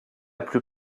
plus